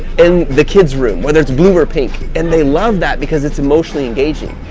in the kid's room. whether it's blue or pink, and they love that because it's emotionally engaging,